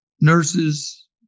nurses